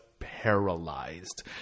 paralyzed